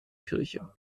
kirche